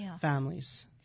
families